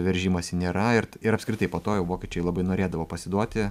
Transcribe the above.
veržimąsi nėra ir t ir apskritai po to jau vokiečiai labai norėdavo pasiduoti